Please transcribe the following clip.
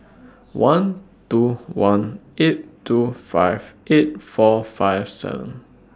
one two one eight two five eight four five seven